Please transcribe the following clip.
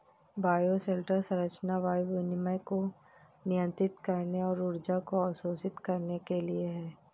bioshelter संरचना वायु विनिमय को नियंत्रित करने और ऊर्जा को अवशोषित करने के लिए है